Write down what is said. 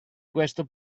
questo